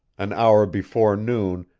an hour before noon,